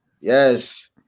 Yes